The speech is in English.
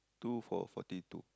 two for forty two